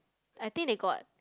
I think they got